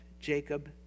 Jacob